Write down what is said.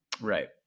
Right